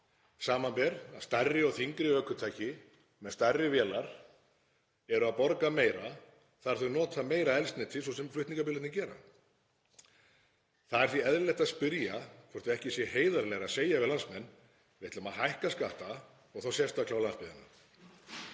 samanber að stærri og þyngri ökutæki með stærri vélar borga meira þar sem þau nota meira eldsneyti svo sem flutningabílarnir gera. Það er því eðlilegt að spyrja hvort ekki sé heiðarlegra að segja við landsmenn: Við ætlum að hækka skatta og þá sérstaklega á landsbyggðina.